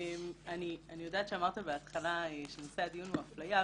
אני יודעת שאמרת בהתחלה שנושא הדיון הוא אפליה,